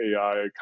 AI